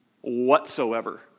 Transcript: whatsoever